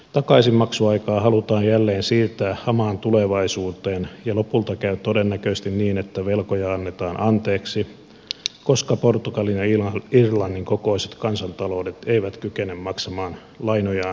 takaisinmaksuaikaa halutaan jälleen siirtää hamaan tulevaisuuteen ja lopulta käy todennäköisesti niin että velkoja annetaan anteeksi koska portugalin ja irlannin kokoiset kansantaloudet eivät kykene maksamaan lainojaan koskaan takaisin